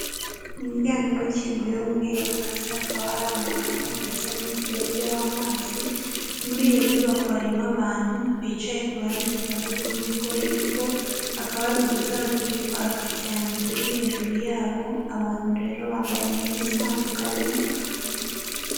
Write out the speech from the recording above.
Umuryango umwe ukinguye wiumweru, hasi hakaba hari amakaro ndetse n'umuferege w'amazi muri iyo nyubako harimo abantu bicaye ku ruhande rwa ruguru n'urwo hepfo hakaba hari udutara turi kwaka cyane turi hejuru yabo, abantu rero bambaye imyenda itandukanye...